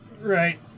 right